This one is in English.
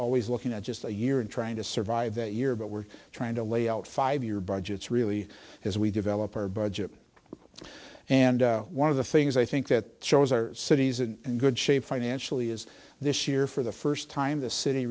always looking at just a year and trying to survive that year but we're trying to lay out five year budgets really as we develop our budget and one of the things i think that shows our cities and good shape financially is this year for the first time this city